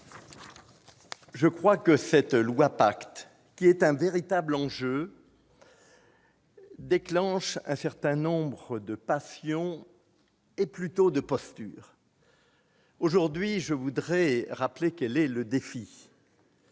le projet de loi PACTE, qui est un véritable enjeu, déclenche un certain nombre de passions, et plutôt de postures. Aujourd'hui, je voudrais rappeler quel est le défi